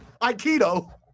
Aikido